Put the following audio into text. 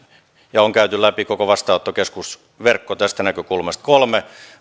käyneet läpi koko vastaanottokeskusverkon tästä näkökulmasta kolme